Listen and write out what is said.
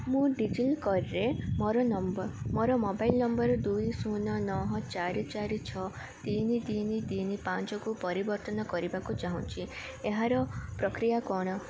ମୁଁ ଡିଜିଲିକର୍ରେ ମୋର ନମ୍ବର୍ ମୋର ମୋବାଇଲ୍ ନମ୍ବର୍ ଦୁଇ ଶୂନ ନହ ଚାରି ଚାରି ଛଅ ତିନି ତିନି ତିନି ପାଞ୍ଚକୁ ପରିବର୍ତ୍ତନ କରିବାକୁ ଚାହୁଁଛି ଏହାର ପ୍ରକ୍ରିୟା କ'ଣ